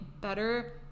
better